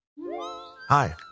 Hi